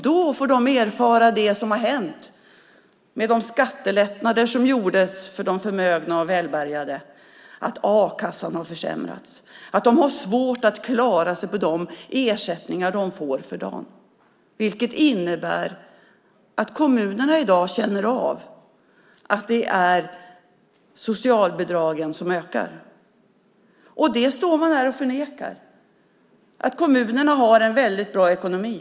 Då får de erfara vad som har hänt i och med de skattelättnader som gjordes för de förmögna och välbärgade, att a-kassan har försämrats, att de har svårt att klara sig på de ersättningar de får för dagen. Detta innebär att kommunerna i dag känner av att socialbidragen ökar. Det står man här och förnekar. Man säger att kommunerna har en väldigt bra ekonomi.